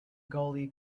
gully